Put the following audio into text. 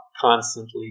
constantly